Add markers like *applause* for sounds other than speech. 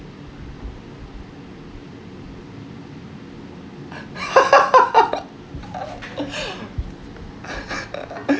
*laughs*